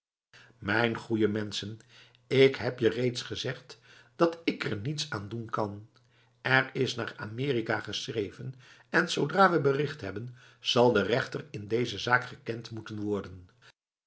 mijn goeie menschen ik heb je reeds gezegd dat ik er niets aan doen kan er is naar amerika geschreven en zoodra we bericht hebben zal de rechter in deze zaak gekend moeten worden